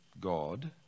God